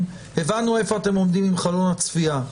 הבנו איפה אתם עומדים עם חלון הצפייה,